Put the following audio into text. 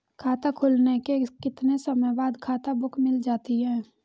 खाता खुलने के कितने समय बाद खाता बुक मिल जाती है?